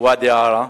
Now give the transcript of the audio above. ואדי-עארה